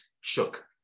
shook